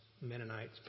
Mennonites